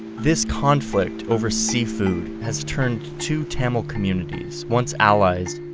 this conflict over seafood has turned two tamil communities, once allies,